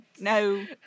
No